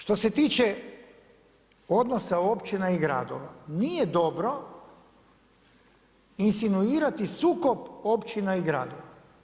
Što se tiče odnosa općina i gradova, nije dobro insinuirati sukob općina i gradova.